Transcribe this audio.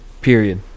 period